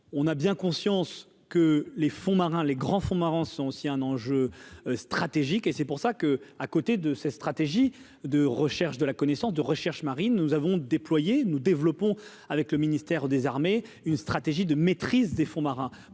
on a bien conscience que les fonds marins, les grands fonds marins sont aussi un enjeu stratégique et c'est pour ça que, à côté de ces stratégies de recherche de la connaissance de recherche marine nous avons déployé nous développons avec le ministère des Armées, une stratégie de maîtrise des fonds marins